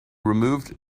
removed